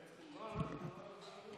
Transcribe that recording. יהי זכרו ברוך.